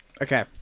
Okay